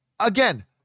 again